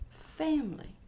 family